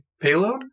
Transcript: payload